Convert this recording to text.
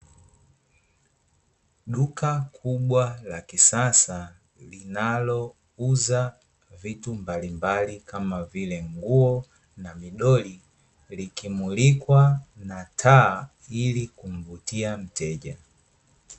Duka kubwa la kisasa, linalouza vitu mbalimbali kama vile nguo na midoli, likimulikwa na taa ili kumvutia mteja.